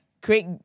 create